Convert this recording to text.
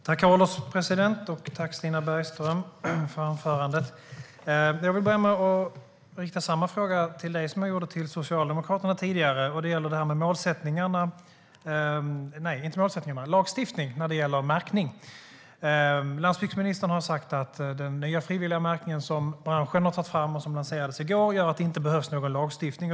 Herr ålderspresident! Tack, Stina Bergström, för anförandet! Jag vill börja med att rikta samma fråga till dig som jag gjorde till Socialdemokraterna tidigare, och den handlar om lagstiftning när det gäller märkning. Landsbygdsministern har sagt att den nya frivilliga märkningen som branschen har tagit fram och som lanserades i går gör att det inte behövs någon lagstiftning.